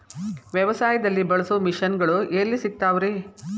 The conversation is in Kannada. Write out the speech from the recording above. ವ್ಯವಸಾಯದಲ್ಲಿ ಬಳಸೋ ಮಿಷನ್ ಗಳು ಎಲ್ಲಿ ಸಿಗ್ತಾವ್ ರೇ?